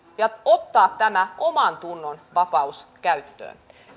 ja ottaa tämä omantunnonvapaus käyttöön